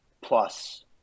plus